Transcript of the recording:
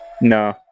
No